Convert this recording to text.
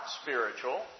spiritual